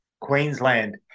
Queensland